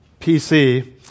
PC